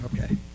Okay